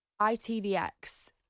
ITVX